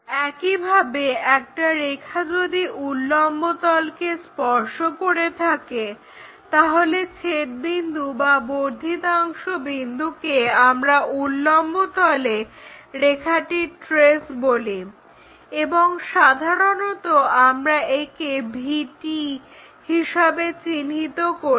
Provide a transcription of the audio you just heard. একইভাবে একটা রেখা যদি উল্লম্বতলকে স্পর্শ করে থাকে তাহলে ছেদবিন্দু বা বর্ধিতাংশ বিন্দুকে আমরা উল্লম্বতলে রেখাটির ট্রেস বলি এবং সাধারণত আমরা একে VT হিসাবে চিহ্নিত করি